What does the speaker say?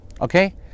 Okay